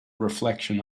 reflection